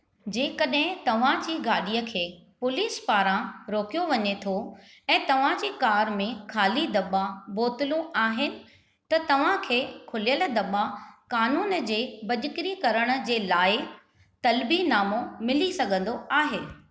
जेकड॒हिं तव्हां जी गाॾीअ खे पुलिस पारां रोकियो वञे थो ऐं तव्हां जी कार में खाली दॿा बोतलूं आहिनि त तव्हां खे खुलियल दॿा क़ानून जे भञकिरी करण जे लाइ तलबी नामो मिली सघिन्दो आहे